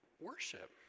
Worship